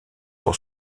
pour